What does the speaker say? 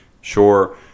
Sure